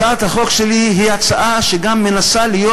הצעת החוק שלי היא הצעה שגם מנסה להיות